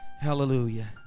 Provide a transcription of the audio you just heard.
Hallelujah